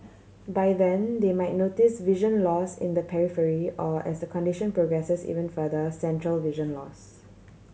by then they might notice vision loss in the periphery or as the condition progresses even further central vision loss